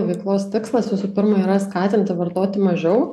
veiklos tikslas visų pirma yra skatinti vartoti mažiau